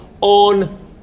on